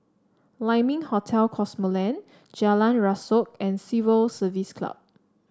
Lai Ming Hotel Cosmoland Jalan Rasok and Civil Service Club